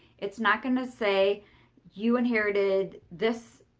it's not going to say you inherited this